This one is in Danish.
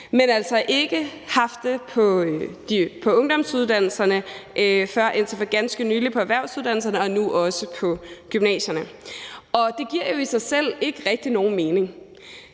men altså ikke haft det på ungdomsuddannelserne før indtil for ganske nylig på erhvervsuddannelserne – og nu også på gymnasierne. Og det giver jo i sig selv ikke rigtig nogen mening.